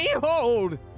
Behold